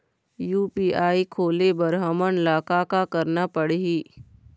UPI खोले बर हमन ला का का करना पड़ही?